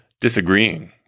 disagreeing